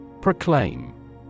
Proclaim